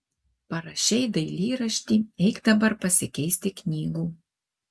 parašei dailyraštį eik dabar pasikeisti knygų